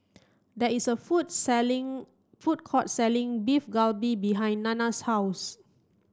there is a food selling food court selling Beef Galbi behind Nanna's house